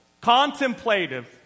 contemplative